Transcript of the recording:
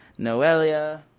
noelia